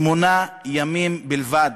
שמונה ימים בלבד.